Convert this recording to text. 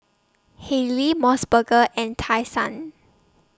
Haylee Mos Burger and Tai Sun